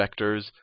vectors